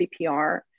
CPR